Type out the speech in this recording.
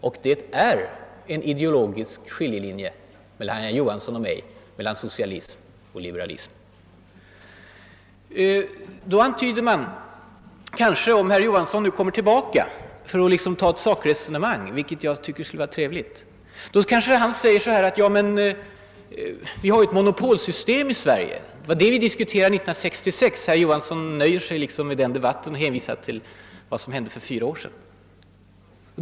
Och det är en ideologisk skiljelinje mellan herr Johansson och mig, mellan socialism och liberalism. baka för att ta upp ett sakresonemang — något som jag tycker skulle vara trevligt — kanske han säger, att vi ju har ett monopolsystem i Sverige och att det var den saken vi diskuterade 1966. Herr Johansson tycks nöja sig med den debatten och hänvisar till vad som hände för fyra år sedan.